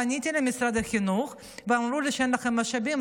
פניתי למשרד החינוך ואמרו לי שאין לכם משאבים,